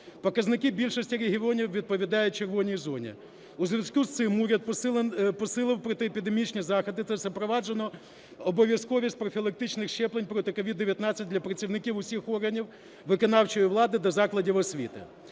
показники більшості регіонів відповідають "червоній" зоні. У зв'язку з цим уряд посилив протиепідемічні заходи та запроваджено обов'язковість профілактичних щеплень проти COVID-19 для працівників усіх органів виконавчої влади та закладів освіти.